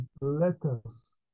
letters